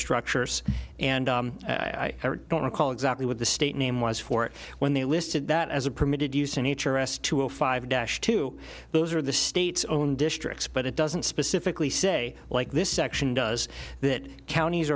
structures and i don't recall exactly what the state name was for it when they listed that as a permitted use in each arrest to a five dash to those are the state's own districts but it doesn't specifically say like this section does that counties